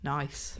nice